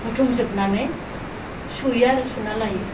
बुथुम जोबनानै सुयो आरो सुनानै लायो